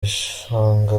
bishanga